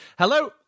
Hello